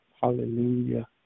Hallelujah